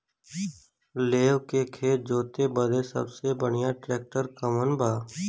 लेव के खेत जोते बदे सबसे बढ़ियां ट्रैक्टर कवन बा?